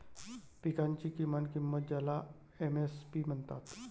पिकांची किमान किंमत ज्याला एम.एस.पी म्हणतात